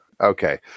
Okay